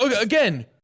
again